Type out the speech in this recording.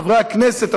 חברי הכנסת,